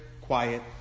quiet